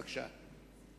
בבקשה.